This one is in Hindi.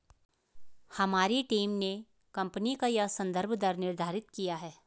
हमारी टीम ने कंपनी का यह संदर्भ दर निर्धारित किया है